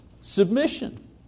Submission